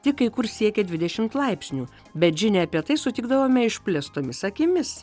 tik kai kur siekia dvidešimt laipsnių bet žinią apie tai sutikdavome išplėstomis akimis